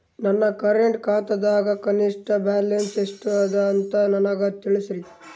ನನ್ನ ಕರೆಂಟ್ ಖಾತಾದಾಗ ಕನಿಷ್ಠ ಬ್ಯಾಲೆನ್ಸ್ ಎಷ್ಟು ಅದ ಅಂತ ನನಗ ತಿಳಸ್ರಿ